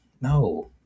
No